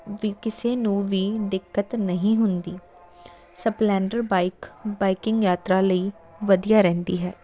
ਕਿਸੇ ਨੂੰ ਵੀ ਦਿੱਕਤ ਨਹੀਂ ਹੁੰਦੀ ਸਪਲੈਂਡਰ ਬਾਈਕ ਬਾਈਕਿੰਗ ਯਾਤਰਾ ਲਈ ਵਧੀਆ ਰਹਿੰਦੀ ਹੈ